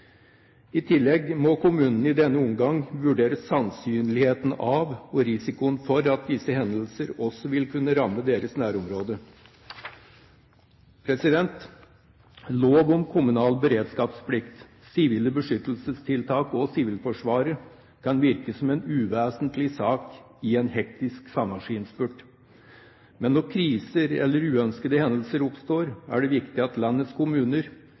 I tillegg må kommunene i denne omgang vurdere sannsynligheten av, og risikoen for, at disse hendelser også vil kunne ramme deres nærområde. Lov om kommunal beredskapsplikt, sivile beskyttelsestiltak og Sivilforsvaret kan virke som en uvesentlig sak i en hektisk sommerinnspurt. Men når kriser eller uønskede hendelser oppstår, er det viktig at landets kommuner,